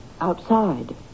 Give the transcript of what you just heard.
outside